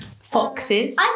Foxes